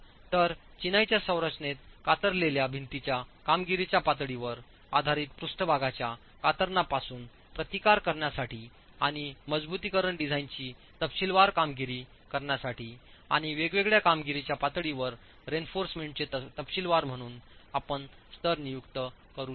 तर चिनाईच्या संरचनेत कातरलेल्या भिंतींच्या कामगिरीच्या पातळीवर आधारित पृष्ठभागच्या कातरणापासून प्रतिकार करण्यासाठी आणि मजबुतीकरण डिझाइनची तपशीलवार कामगिरी करण्यासाठी आणि वेगवेगळ्या कामगिरीच्या पातळीवर रीइन्फोर्समेंट चे तपशीलवार म्हणून आपण स्तर नियुक्त करू शकता